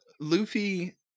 Luffy